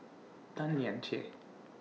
Tan Lian Chye